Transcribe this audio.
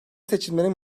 seçimlerin